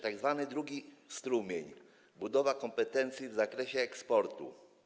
Tak zwany II strumień: Budowa kompetencji w zakresie eksportu.